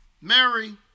Mary